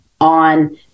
on